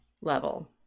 level